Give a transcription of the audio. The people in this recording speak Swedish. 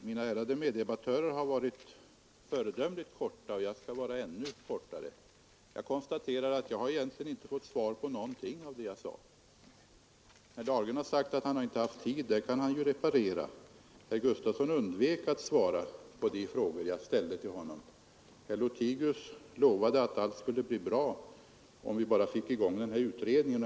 Jag konstaterar att jag egentligen inte fått svar på någonting. Herr Dahlgren sade att han inte hade tid det kan han reparera. Herr Gustafson i Göteborg undvek att svara på de frågor jag ställde till honom. Herr Lothigius lovade att allt skulle bli bra, om vi bara fick i gång utredningen.